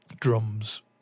drums